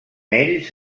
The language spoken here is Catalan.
ells